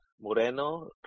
Moreno